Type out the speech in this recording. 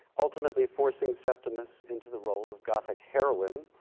ultimately forcing septimus into the role of gothic heroine,